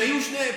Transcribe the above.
שיהיו שניהם.